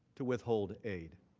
to withhold aid.